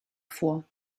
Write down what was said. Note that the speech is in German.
vor